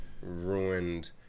ruined